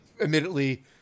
admittedly